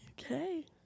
okay